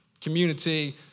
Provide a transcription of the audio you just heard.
community